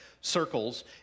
circles